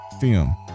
film